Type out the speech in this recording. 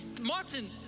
Martin